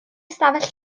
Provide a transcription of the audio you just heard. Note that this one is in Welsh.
ystafell